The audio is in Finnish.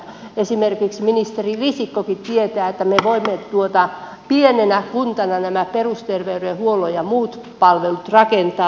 esimerkiksi ministeri risikkokin tietää että me voimme pienenä kuntana nämä perusterveydenhuollon ja muut palvelut rakentaa